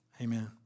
Amen